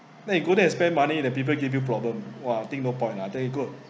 then you go there and spend money the people give you problem !wah! I think no point lah then you go